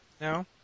No